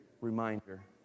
reminder